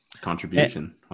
Contribution